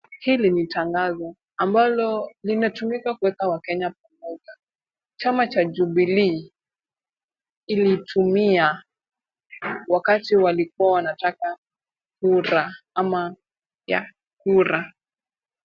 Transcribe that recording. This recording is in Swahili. Hili ni tangazo ambalo limetumika kuweka wakenya pamoja. Chama cha Jubilee kilitumia wakati walikuwa wanataka kura ama yah kura.